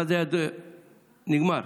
אבל נגמר.